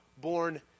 born